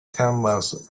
timers